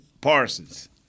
parsons